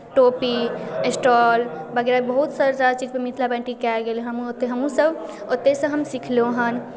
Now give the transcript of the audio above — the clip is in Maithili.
टोपी स्टॉल वगैरह बहुत सारा चीजपर मिथिला पेन्टिंग कयल गेल हेँ हमहूँसभ ओतहिसँ हम सिखलहुँ हेँ